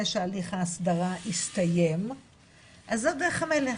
שהליך ההסדרה הסתים - אז זאת דרך המלך.